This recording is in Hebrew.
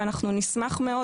ואנחנו נשמח מאוד,